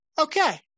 okay